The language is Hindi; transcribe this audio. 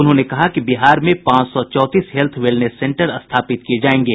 उन्होंने कहा कि बिहार में पांच सौ चौंतीस हेल्थ वेलनेस सेंटर स्थापित किये जायेंगे